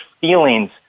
feelings